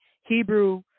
Hebrew